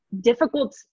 difficult